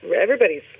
everybody's